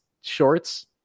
shorts